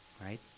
right